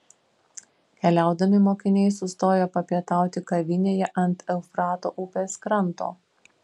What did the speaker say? keliaudami mokiniai sustojo papietauti kavinėje ant eufrato upės kranto